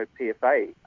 PFA